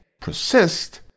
persist